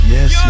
Yes